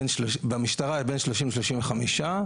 במשטרה בין 30 ל-35,